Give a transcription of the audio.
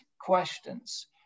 questions